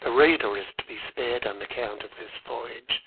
the reader is to be spared an account of this voyage